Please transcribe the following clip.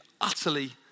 utterly